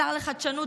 השר לחדשנות,